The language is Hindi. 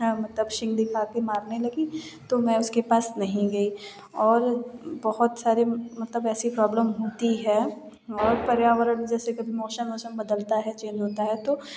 तब सिंह दिखा कर मारने लगी तो मैं उसके पास नहीं गई और बहुत सारे मतलब ऐसी प्रॉब्लम होती है और पर्यावरण जैसे कभी मौसम औसम बदलता है चेंज होता है तो